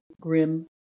grim